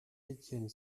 étienne